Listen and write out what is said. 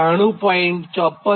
204 92